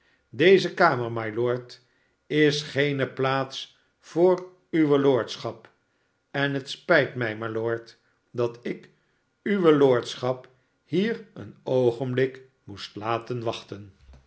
deze kamer mylord is geene plaats voor uwe lordschap en het spijt mij mylord dat ik uwe lordschap hier een oogenblik moest laten wachten